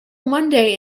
monday